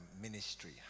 ministry